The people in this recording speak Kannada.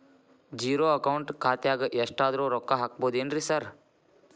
ಝೇರೋ ಅಕೌಂಟ್ ಖಾತ್ಯಾಗ ಎಷ್ಟಾದ್ರೂ ರೊಕ್ಕ ಹಾಕ್ಬೋದೇನ್ರಿ ಸಾರ್?